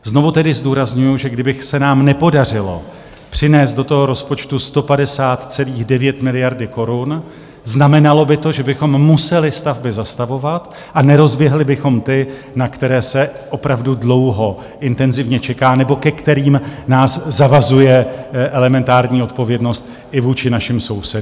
Znovu tedy zdůrazňuji, že kdyby se nám nepodařilo přinést do rozpočtu 150,9 miliardy korun, znamenalo by to, že bychom museli stavby zastavovat a nerozběhli bychom ty, na které se opravdu dlouho intenzivně čeká nebo ke kterým nás zavazuje elementární odpovědnost i vůči našim sousedům.